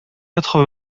quatre